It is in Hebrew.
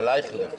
על אייכלר.